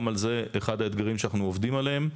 גם זה אחד האתגרים שאנחנו עובדים עליהם.